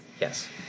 Yes